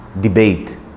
Debate